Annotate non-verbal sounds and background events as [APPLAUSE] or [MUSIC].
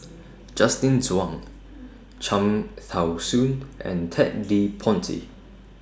[NOISE] Justin Zhuang Cham Tao Soon and Ted De Ponti